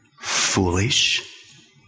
Foolish